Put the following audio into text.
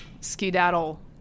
skedaddle